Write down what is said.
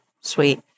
Sweet